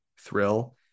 thrill